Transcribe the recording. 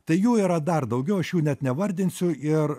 tai jų yra dar daugiau aš jų net nevardinsiu ir